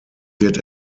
wird